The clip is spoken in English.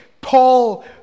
Paul